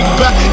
back